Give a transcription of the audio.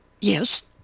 yes